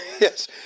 Yes